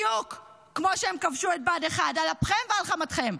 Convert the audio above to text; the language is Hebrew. בדיוק כמו שהם כבשו את בה"ד 1, על אפכם ועל חמתכם.